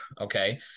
okay